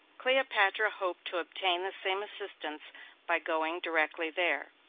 cleopatra hoped to obtain the same assistance by going directly there.